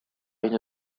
une